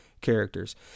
characters